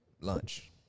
Lunch